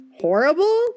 horrible